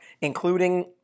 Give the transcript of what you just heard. including